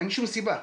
אין שום סיבה.